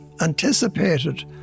anticipated